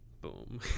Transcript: boom